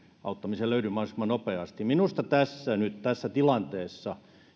ei löydy mahdollisimman nopeasti minusta nyt tässä tilanteessa